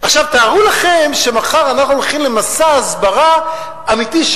תארו לכם שמחר אנחנו הולכים למסע הסברה אמיתי,